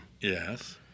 Yes